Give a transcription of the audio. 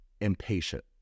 impatient